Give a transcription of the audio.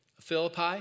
Philippi